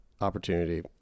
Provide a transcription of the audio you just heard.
opportunity